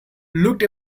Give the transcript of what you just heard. looked